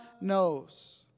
knows